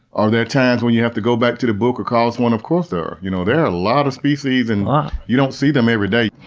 are there times when you have to go back to to book or call someone? of course there are. you know there are a lot of species and you don't see them every day.